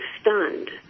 stunned